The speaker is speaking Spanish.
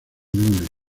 lunes